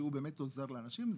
שהוא באמת עוזר לאנשים.